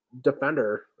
defender